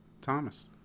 Thomas